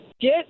get